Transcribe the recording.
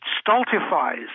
stultifies